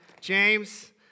James